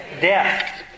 death